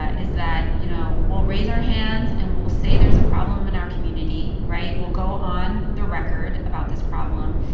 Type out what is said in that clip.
ah is that, you know, we'll raise our hands. and we'll say there's a problem in our community, right? we'll go on the record about this problem.